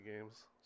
games